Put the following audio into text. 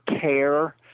care